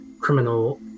criminal